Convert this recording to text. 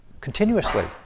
continuously